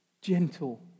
Gentle